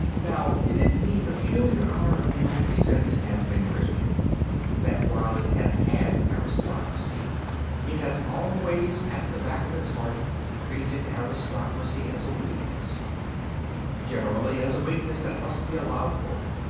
now, it is the peculiar honour of europe since it has been christian that while it has had aristocracy it has always at the back of its heart treated aristocracy as a weakness generally as a weakness that must be allowed for.